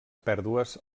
pèrdues